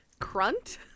Crunt